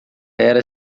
era